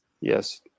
Yes